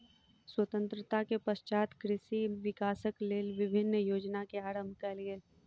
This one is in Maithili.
स्वतंत्रता के पश्चात कृषि विकासक लेल विभिन्न योजना के आरम्भ कयल गेल